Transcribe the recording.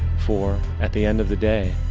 for, at the end of the day,